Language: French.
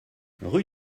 rue